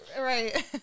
Right